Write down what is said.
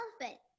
elephant